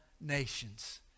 nations